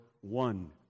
one